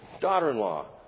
daughter-in-law